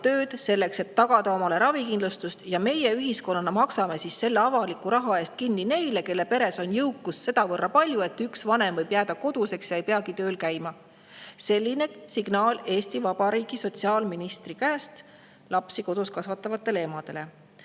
tööd, selleks et tagada omale ravikindlustus, ja meie ühiskonnana maksame selle avaliku raha eest kinni neile, kelle peres on jõukust sedavõrd palju, et üks vanem võib jääda koduseks ja ei peagi tööl käima. Selline on signaal Eesti Vabariigi sotsiaal[kaitse]ministrilt lapsi kodus kasvatavatele emadele.